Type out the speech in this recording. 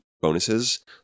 bonuses